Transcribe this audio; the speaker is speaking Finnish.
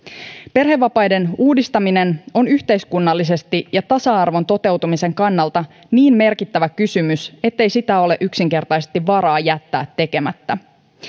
perhevapaiden uudistaminen on yhteiskunnallisesti ja tasa arvon toteutumisen kannalta niin merkittävä kysymys ettei sitä ole yksinkertaisesti varaa jättää tekemättä